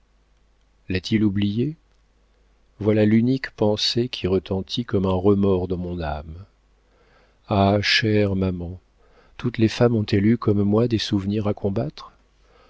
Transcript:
l'a-t-il oubliée voilà l'unique pensée qui retentit comme un remords dans mon âme ah chère maman toutes les femmes ont-elles eu comme moi des souvenirs à combattre